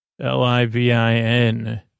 L-I-V-I-N